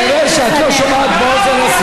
כנראה את לא שומעת באוזן,